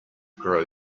grow